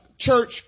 Church